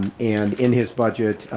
and in his budget,